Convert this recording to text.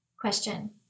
Question